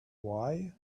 why